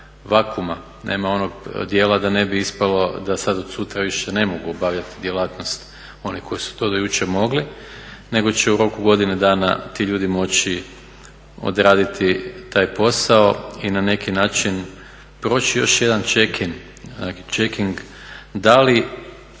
vakuuma, nema onog dijela da ne bi ispalo da sada od sutra više ne mogu obavljati djelatnost oni koji su to do jučer mogli nego će u roku godine dana ti ljudi moći odraditi taj posao i na neki način proći još jedan checking da li